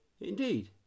Indeed